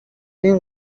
این